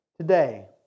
today